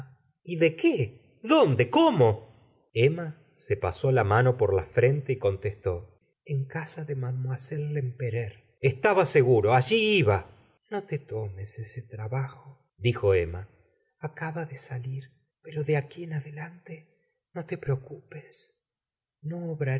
y de qué dónde cómo emma se pasó la mano por la frente y contestó en casa de mlle lempereur estaba seguro alli iba no te tomes ese trabajo dijo emma acaba de salir p ero de aquí en adelante no te preocupes no